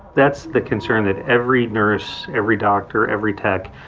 that's the concern that every nurse, every doctor, every tech,